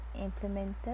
implemented